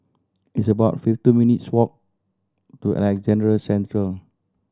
it's about fifty two minutes walk to Alexandra Central